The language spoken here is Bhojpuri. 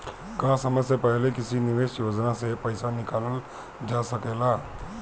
का समय से पहले किसी निवेश योजना से र्पइसा निकालल जा सकेला?